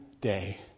day